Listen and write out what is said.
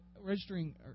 registering